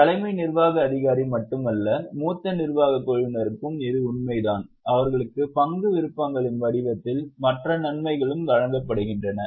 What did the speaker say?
தலைமை நிர்வாக அதிகாரி மட்டுமல்ல மூத்த நிர்வாக குழுவினருக்கும் இது உண்மைதான் அவர்களுக்கு பங்கு விருப்பங்களின் வடிவத்தில் மற்ற நன்மைகளும் வழங்கப்படுகின்றன